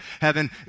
heaven